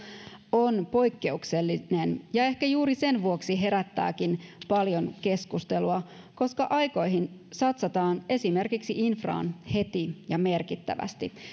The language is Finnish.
on poikkeuksellinen ja ehkä juuri sen vuoksi herättääkin paljon keskustelua koska pitkästä aikaa satsataan esimerkiksi infraan heti ja merkittävästi